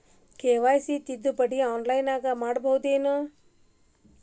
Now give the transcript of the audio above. KYC ತಿದ್ದುಪಡಿ ಆನ್ಲೈನದಾಗ್ ಮಾಡ್ಬಹುದೇನು?